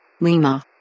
Lima